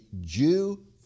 Jew